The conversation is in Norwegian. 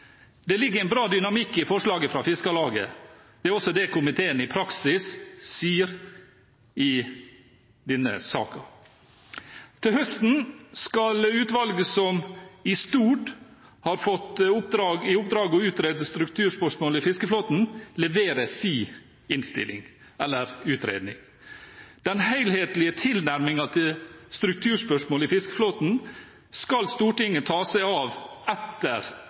Det ligger en bra dynamikk i forslaget fra Fiskarlaget. Det er også det komiteen i praksis sier i denne saken. Til høsten skal utvalget som i stort har fått i oppdrag å utrede strukturspørsmål i fiskeflåten, levere sin innstilling eller utredning. Den helhetlige tilnærmingen til strukturspørsmål i fiskeflåten skal Stortinget ta seg av etter